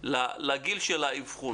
לגיל של האבחון